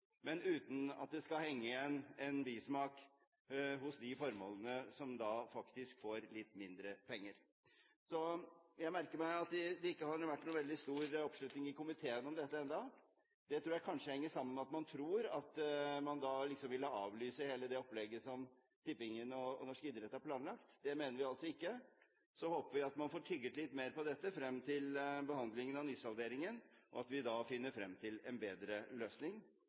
uten at det skal henge igjen en bismak hos dem som da faktisk får litt mindre penger. Jeg merker meg at det ikke har vært noen veldig stor oppslutning i komiteen om dette ennå. Det tror jeg kanskje henger sammen med at man tror at man da ville avlyse hele det opplegget som Norsk Tipping og norsk idrett har planlagt. Det mener vi altså ikke. Så håper vi at man får tygget litt mer på dette frem til behandlingen av nysalderingen, og at vi da finner frem til en bedre løsning.